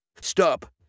Stop